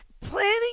planning